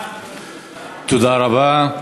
תודה רבה.